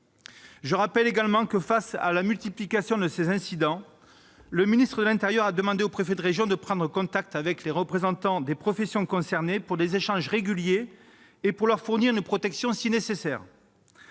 Je rappelle également que, face à la multiplication de ces incidents, le ministre de l'intérieur a demandé aux préfets de région de prendre contact avec les représentants des professions concernées pour des échanges réguliers et pour leur fournir une protection si nécessaire.